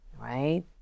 Right